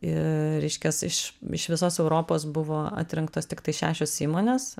ir reiškias iš iš visos europos buvo atrinktos tiktai šešios įmonės